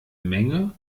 menge